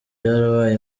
byarabaye